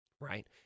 right